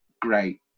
great